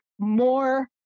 more